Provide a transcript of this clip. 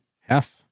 Half